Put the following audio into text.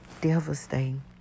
devastating